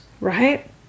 right